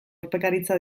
urpekaritza